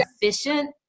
efficient